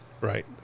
right